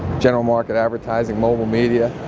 general market advertising, mobile media,